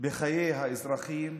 בחיי האזרחים,